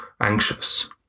anxious